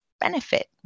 benefit